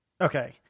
Okay